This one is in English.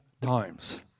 times